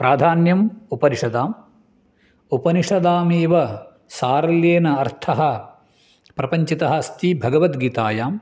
प्राधान्यम् उपनिषदाम् उपनिषदामेव सारल्येन अर्थः प्रपञ्चितः अस्ति भगवद्गीतायां